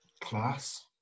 Class